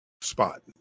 spot